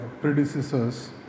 predecessors